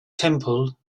temple